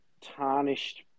tarnished